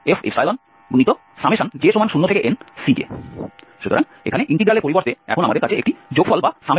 সুতরাং এখানে ইন্টিগ্রালের পরিবর্তে এখন আমাদের কাছে একটি যোগফল আছে